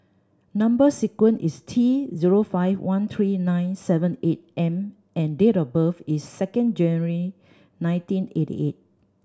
number sequence is T zero five one three nine seven eight M and date of birth is second January nineteen eighty eight